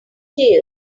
tales